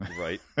Right